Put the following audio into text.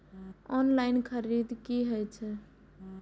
Online खरीद की होए छै?